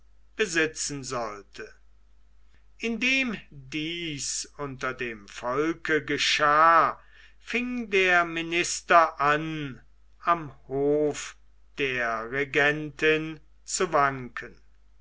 besitzen sollte indem dies unter dem volke geschah fing der minister an am hof der regentin zu wanken